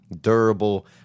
durable